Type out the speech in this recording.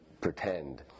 pretend